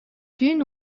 түүн